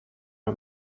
are